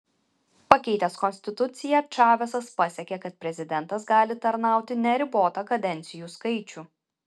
pakeitęs konstituciją čavesas pasiekė kad prezidentas gali tarnauti neribotą kadencijų skaičių